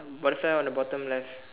Wi-Fi on the bottom left